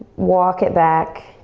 walk it back,